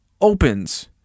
opens